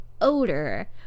odor